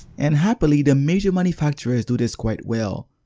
and happily the major manufacturers do this quite well.